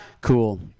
Cool